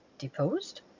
Deposed